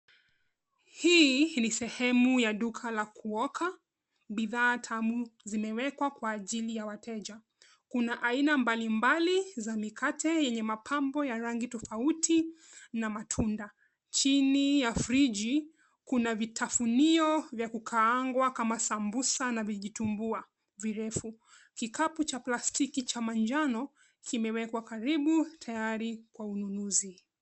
Hii ni sehemu ya duka la kuoka, bidhaa tamu zimewekwa kwa ajili ya wateja. Kuna aina mbalimbali za mikate yenye mapambo ya rangi tofauti na matunda. Chini ya friji kuna vitafunio vya kukaangwa kama sambusa na vijitumbua virefu. Kikapu cha plastiki cha manjano kimewekwa karibu tayari kwa ununuzi.